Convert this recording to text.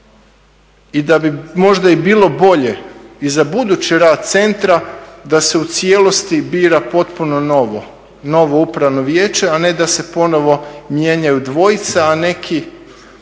i da bi možda i bilo bolje i za budući rad centra da se u cijelosti bira potpuno novo upravno vijeće, a ne da se ponovno mijenjaju dvojica, a neki